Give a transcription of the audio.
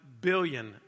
billion